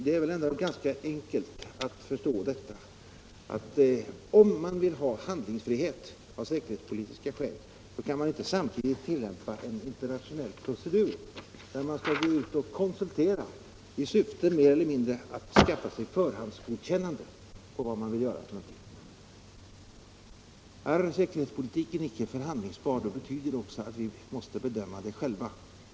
Det är väl ändå ganska enkelt att förstå att om man vill ha handlingsfrihet av säkerhetspolitiska skäl kan man inte samtidigt tillämpa en internationell procedur där man skall gå ut och konsultera i syfte att mer eller mindre skaffa sig förhandsgodkännande på vad man vill göra. Säkerhetspolitiken är icke förhandlingsbar, och det betyder att vi måste bedöma detta själva.